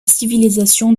civilisation